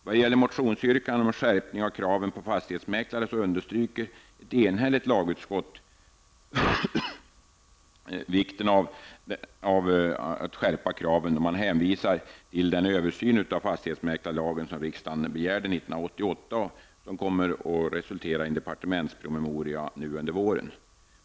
Vad gäller motionsyrkandena om skärpning av kraven på fastighetsmäklare understryker ett enhälligt lagutskott vikten av att skärpa kraven, och man hänvisar till den översyn av fastighetsmäklarlagen som riksdagen begärde 1988 och som kommer att resultera i en departementspromemoria under våren.